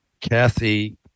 Kathy